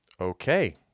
Okay